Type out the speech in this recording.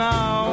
Now